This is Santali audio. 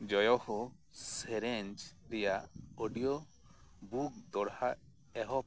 ᱡᱚᱭᱚ ᱦᱳ ᱥᱮᱨᱮᱧ ᱨᱮᱭᱟᱜ ᱚᱰᱤᱭᱳ ᱵᱩᱠ ᱫᱚᱦᱚᱲᱟ ᱮᱦᱚᱵ ᱢᱮ